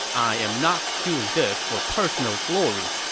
i'm not doing this for personal glory.